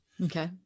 Okay